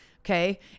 Okay